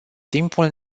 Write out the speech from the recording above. timpul